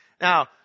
Now